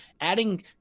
adding